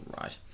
right